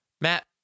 Matt